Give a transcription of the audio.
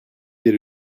bir